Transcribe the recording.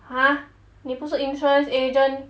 !huh! 你不是 insurance agent